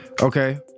Okay